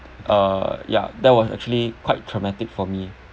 uh ya that was actually quite traumatic for me